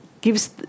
gives